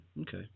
Okay